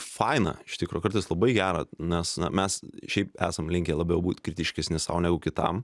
faina iš tikro kartais labai gera nes mes šiaip esam linkę labiau būti kritiškesni sau negu kitam